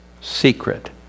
secret